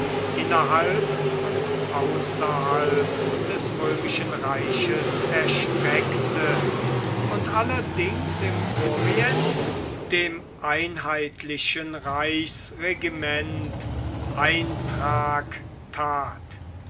innerhalb und außerhalb des römischen reiches erstreckte und allerdings im orient dem einheitlichen reichsregiment eintrag tat